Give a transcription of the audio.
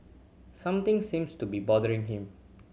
something seems to be bothering him